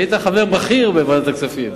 אתה היית חבר בכיר בוועדת הכספים,